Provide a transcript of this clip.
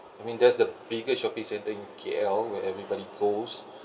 I mean that's the biggest shopping centre in K_L where everybody goes